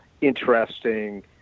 interesting